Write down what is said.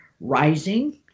rising